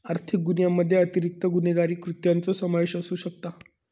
आर्थिक गुन्ह्यामध्ये अतिरिक्त गुन्हेगारी कृत्यांचो समावेश असू शकता